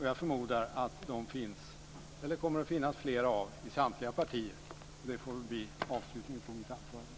Jag förmodar att det finns eller kommer att finnas flera av dem i samtliga partier. Det får bli avslutningen på mitt anförande.